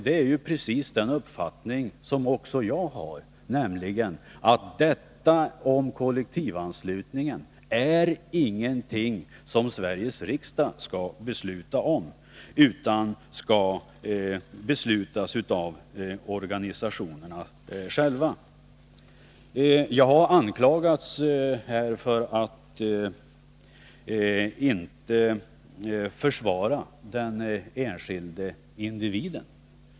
Det är precis den uppfattning som också jag har, nämligen att kollektivanslutning inte är någonting som Sveriges riksdag skall besluta om, utan det skall beslutas av organisationerna själva. Jag anklagas här för att inte försvara den enskilde individen.